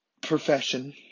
profession